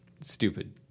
stupid